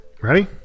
ready